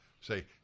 say